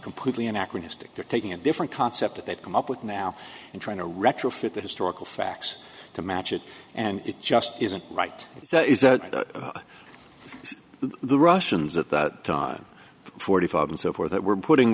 completely anachronistic they're taking a different concept that they've come up with now and trying to retrofit the historical facts to match it and it just isn't right is that the russians at that time forty five and so forth that were putting